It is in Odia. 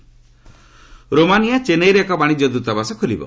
ରୋମାନିଆ ରୋମାନିଆ ଚେନ୍ନାଇରେ ଏକ ବାଣିଜ୍ୟ ଦୂତାବାସ ଖୋଲିବ